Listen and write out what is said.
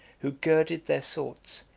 who girded their swords,